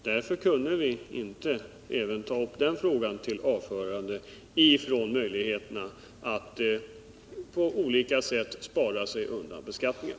Därför kunde vi inte ta upp även den saken till avförande från möjligheterna att på olika sätt spara sig undan beskattningen.